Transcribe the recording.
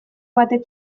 batek